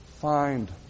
find